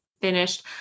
finished